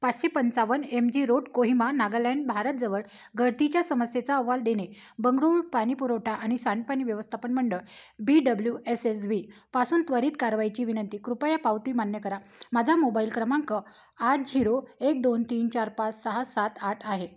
पाचशे पंचावन M G road Kohima Nagaland Bharat जवळ गळतीच्या समस्येचा अहवाल देणे बेंगळुरू पाणीपुरवठा आणि सांडपाणी व्यवस्थापन मंडळ B W S S B पासून त्वरित कारवाईची विनंती कृपया पावती मान्य करा माझा मोबाइल क्रमांक आठ झीरो एक दोन तीन चार पाच सहा सात आठ आहे